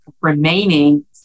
remaining